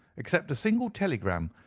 except a single telegram,